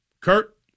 Kurt